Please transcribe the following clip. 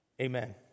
amen